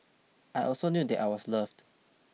I also knew that I was loved